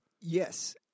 Yes